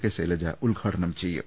K Shailaja ഉദ്ഘാടനം ചെയ്യും